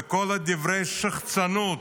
וכל דברי השחצנות